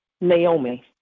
Naomi